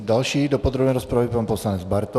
Další do podrobné rozpravy pan poslanec Bartoň.